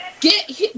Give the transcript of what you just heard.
Get